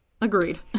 Agreed